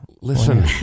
Listen